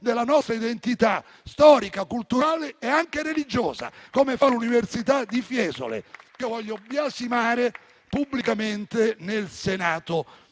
della nostra identità storica, culturale e anche religiosa, come fa l'Università di Fiesole, che voglio biasimare pubblicamente nel Senato